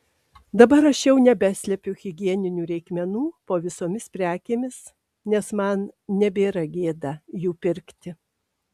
dabar aš jau nebeslepiu higieninių reikmenų po visomis prekėmis nes man nebėra gėda jų pirkti